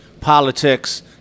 politics